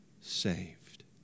saved